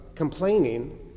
complaining